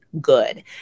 good